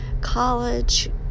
college